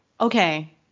Okay